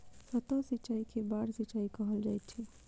सतह सिचाई के बाढ़ सिचाई कहल जाइत अछि